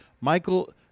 Michael